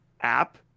app